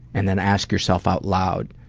and then ask yourself out loud,